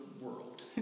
world